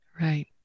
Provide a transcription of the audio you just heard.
right